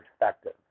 perspective